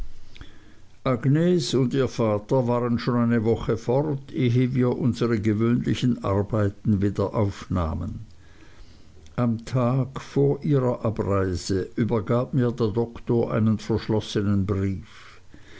und ihr vater waren schon eine woche fort ehe wir unsere gewöhnlichen arbeiten wieder aufnahmen am tag vor ihrer abreise übergab mir der doktor einen verschlossenen brief